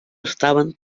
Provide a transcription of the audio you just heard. estaven